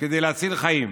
כדי להציל חיים,